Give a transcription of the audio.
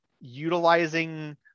utilizing